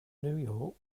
new